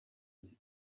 iki